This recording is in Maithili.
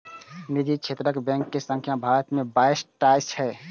निजी क्षेत्रक बैंक के संख्या भारत मे बाइस टा छै